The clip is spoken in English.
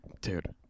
dude